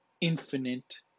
infinite